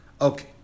Okay